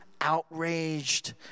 outraged